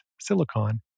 silicon